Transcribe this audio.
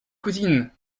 cousine